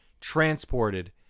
transported